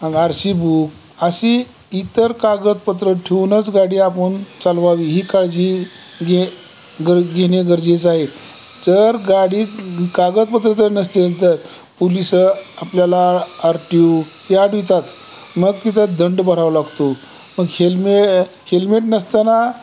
आणि R C book अशी इतर कागदपत्र ठेऊनचं गाडी आपण चालवावी ही काळजी घे ग घेणे गरजेचं आहे जर गाडीत कागदपत्र जर नसतील तर पुलिसं आपल्याला आरटीयू हे आडवितात मग तिथं दंड भरावा लागतो मग हेल्मे हेल्मेट नसताना